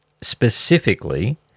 specifically